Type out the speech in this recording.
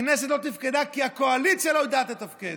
הכנסת לא תפקדה כי הקואליציה לא יודעת לתפקד,